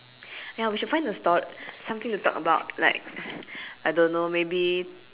ya we should find a story some thing to talk about like I don't know maybe